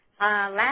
Last